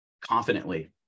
confidently